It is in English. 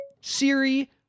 Siri